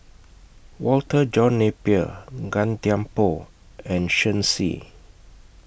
Walter John Napier Gan Thiam Poh and Shen Xi